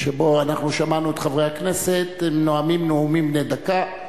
שבו אנחנו שמענו את חברי הכנסת נואמים נאומים בני דקה,